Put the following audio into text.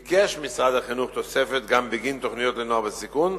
ביקש משרד החינוך תוספת גם בגין תוכניות לנוער בסיכון,